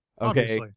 Okay